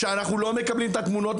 הם ניסו להיכנס לתוך הקמפוס.